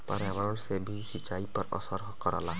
पर्यावरण से भी सिंचाई पर असर करला